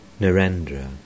Narendra